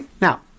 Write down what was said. Now